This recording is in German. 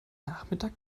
nachmittag